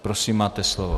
Prosím, máte slovo.